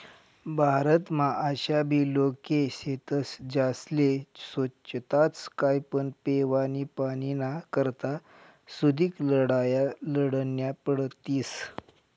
भारतमा आशाबी लोके शेतस ज्यास्ले सोच्छताच काय पण पेवानी पाणीना करता सुदीक लढाया लढन्या पडतीस